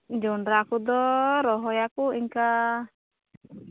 ᱡᱚᱱᱰᱨᱟ ᱠᱚᱫᱚ ᱨᱚᱦᱚᱭᱟᱠᱚ ᱤᱱᱠᱟ